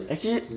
actually